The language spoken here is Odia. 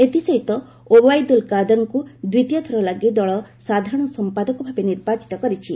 ଏଥିସହିତ ଓବାଇଦୁଲ୍ କାଦର୍ଙ୍କୁ ଦ୍ୱିତୀୟଥର ଲାଗି ଦଳ ସାଧାରଣ ସମ୍ପାଦକ ଭାବେ ନିର୍ବାଚିତ କରିଛି